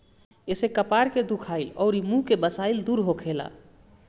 एसे कपार के दुखाइल अउरी मुंह के बसाइल दूर होखेला